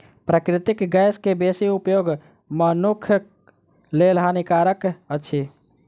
प्राकृतिक गैस के बेसी उपयोग मनुखक लेल हानिकारक अछि